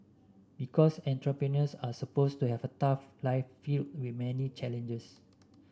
because entrepreneurs are supposed to have a tough life filled with many challenges